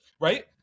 right